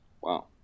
Wow